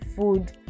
food